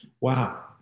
Wow